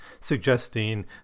suggesting